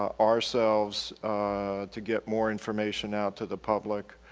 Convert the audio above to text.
ourselves to get more information out to the public,